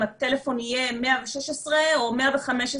אם הטלפון יהיה 116 או 115,